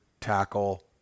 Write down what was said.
tackle